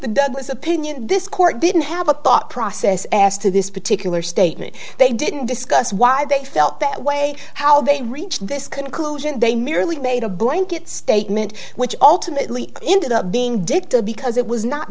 the douglas opinion this court didn't have a thought process as to this particular statement they didn't discuss why they felt that way how they reached this conclusion they merely made a blanket statement which ultimately ended up being dicta because it was not